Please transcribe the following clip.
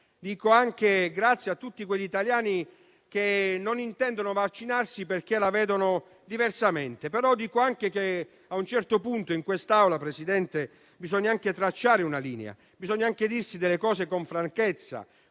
Dico anche grazie a tutti quegli italiani che non intendono vaccinarsi perché la vedono diversamente, ma dico anche che a un certo punto, in quest'Aula, Presidente, bisogna anche tracciare una linea, bisogna anche dirsi delle cose con franchezza.